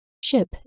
Ship